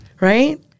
Right